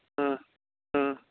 ꯎꯝ ꯎꯝ